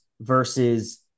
versus